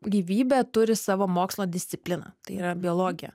gyvybė turi savo mokslo discipliną tai yra biologija